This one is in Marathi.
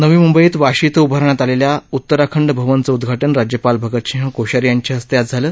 नवी मुंबईत वाशी इथं उभारण्यात आलेल्या उतराखंड भवनचं उदघाटन राज्यपाल भगतसिंह कोश्यारी यांच्या हस्ते आज झालं